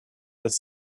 dass